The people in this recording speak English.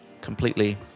completely